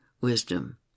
wisdom